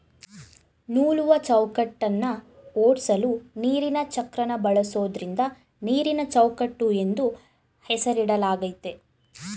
ನೂಲುವಚೌಕಟ್ಟನ್ನ ಓಡ್ಸಲು ನೀರಿನಚಕ್ರನ ಬಳಸೋದ್ರಿಂದ ನೀರಿನಚೌಕಟ್ಟು ಎಂದು ಹೆಸರಿಡಲಾಗಯ್ತೆ